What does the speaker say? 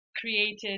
created